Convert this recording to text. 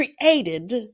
created